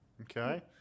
Okay